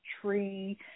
tree